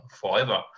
forever